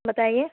بتائیے